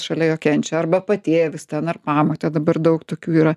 šalia jo kenčia arba patėvis ten ar pamotė dabar daug tokių yra